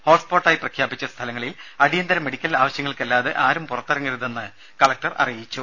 ഹോട്ട്സ്പോട്ടായി പ്രഖ്യാപിച്ച സ്ഥലങ്ങളിൽ അടിയന്തര മെഡിക്കൽ ആവശ്യങ്ങൾക്കല്ലാതെ ആരും പുറത്തിറങ്ങരുതെന്ന് കലക്ടർ അറിയിച്ചു